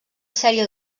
sèrie